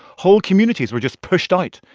whole communities were just pushed out.